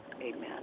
Amen